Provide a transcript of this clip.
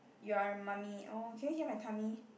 you're a mummy oh can you hear my tummy